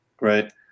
Right